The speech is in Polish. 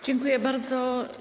Dziękuję bardzo.